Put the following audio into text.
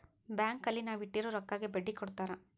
bank ಅಲ್ಲಿ ನಾವ್ ಇಟ್ಟಿರೋ ರೊಕ್ಕಗೆ ಬಡ್ಡಿ ಕೊಡ್ತಾರ